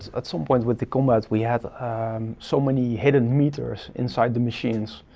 at some point with the combat, we had so many hidden meters inside the machines.